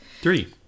Three